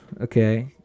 Okay